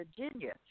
Virginia